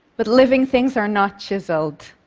but living things are not chiseled.